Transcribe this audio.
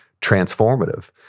transformative